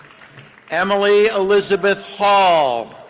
emily elizabeth hall.